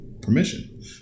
permission